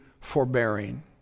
forbearing